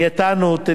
דיאטנות,